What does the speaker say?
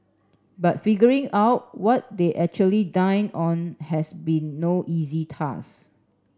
but figuring out what they actually dined on has been no easy task